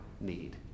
need